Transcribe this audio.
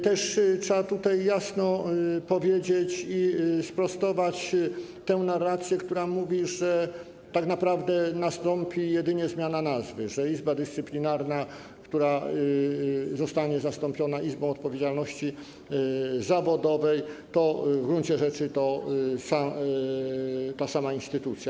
Trzeba tutaj jednak jasno powiedzieć, sprostować tę narrację, która mówi, że tak naprawdę nastąpi jedynie zmiana nazwy, że Izba Dyscyplinarna, która zostanie zastąpiona Izbą Odpowiedzialności Zawodowej, to w gruncie rzeczy ta sama instytucja.